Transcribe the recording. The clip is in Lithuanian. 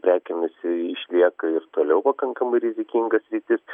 prekėmis išlieka ir toliau pakankamai rizikinga sritis